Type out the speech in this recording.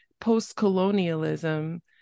post-colonialism